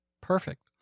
perfect